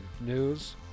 news